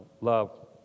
love